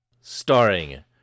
Starring